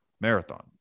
marathon